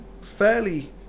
fairly